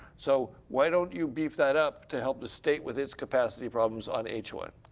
so why don't you beef that up to help the state with its capacity problems on h one?